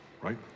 right